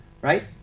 right